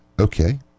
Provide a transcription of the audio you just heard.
Okay